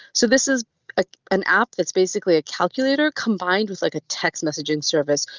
so this is ah an app that's basically a calculator combined with like a text messaging service,